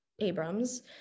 Abrams